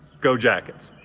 go jackets.